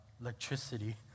electricity